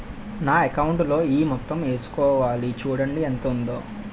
నా అకౌంటులో ఈ మొత్తం ఏసుకోవాలి చూడండి ఎంత ఉందో